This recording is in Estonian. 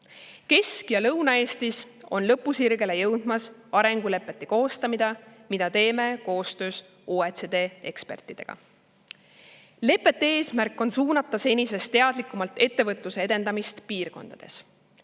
Kesk‑ ja Lõuna-Eestis on jõudmas lõpusirgele arengulepete koostamine, mida teeme koostöös OECD ekspertidega. Lepete eesmärk on suunata senisest teadlikumalt ettevõtluse edendamist eri piirkondades.